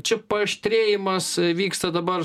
čia paaštrėjimas vyksta dabar